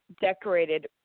decorated